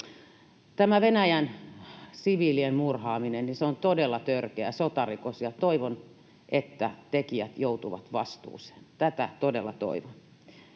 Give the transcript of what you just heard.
Tämä siviilien murhaaminen Venäjän taholta on todella törkeä sotarikos, ja toivon, että tekijät joutuvat vastuuseen — tätä todella toivon.